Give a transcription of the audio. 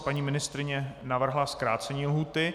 Paní ministryně navrhla zkrácení lhůty.